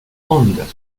ondas